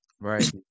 right